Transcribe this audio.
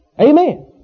Amen